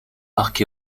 parc